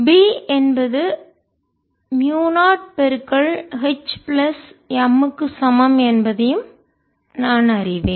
B என்பது மியூ0 H plus M க்கு சமம் என்பதையும் நான் அறிவேன்